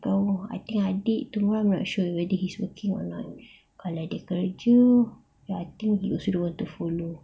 tak tahu I think adik tomorrow I'm not sure whether he's going or not kalau dia kerja ya I think he also don't want to follow